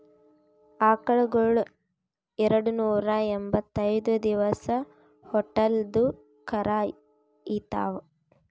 ಆಕಳಗೊಳ್ ಎರಡನೂರಾ ಎಂಭತ್ತೈದ್ ದಿವಸ್ ಹೊಟ್ಟಲ್ ಇದ್ದು ಕರಾ ಈತಾವ್